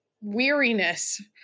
weariness